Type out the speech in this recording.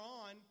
on